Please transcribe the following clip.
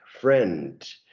friend